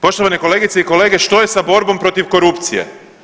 Poštovane kolegice i kolege, što je sa borbom protiv korupcije?